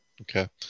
okay